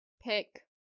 pick